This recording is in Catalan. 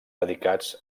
dedicats